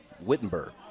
Wittenberg